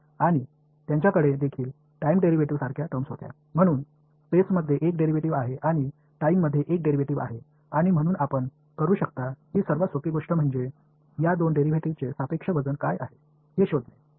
आणि त्यांच्याकडे देखील टाइम डेरिव्हेटिव्ह सारख्या टर्म्स होत्या म्हणून स्पेसमध्ये एक डेरिव्हेटिव्ह आहे आणि टाइममध्ये एक डेरिव्हेटिव्ह आहे आणि म्हणून आपण करू शकता ही सर्वात सोपी गोष्ट म्हणजे या दोन डेरिव्हेटिव्हचे सापेक्ष वजन काय आहे हे शोधणे